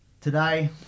Today